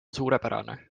suurepärane